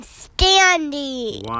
standing